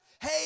Hey